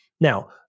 Now